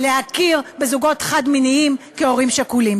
להכיר בזוגות חד-מיניים כהורים שכולים.